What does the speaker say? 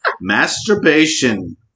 masturbation